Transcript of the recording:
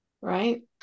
Right